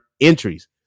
entries